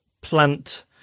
plant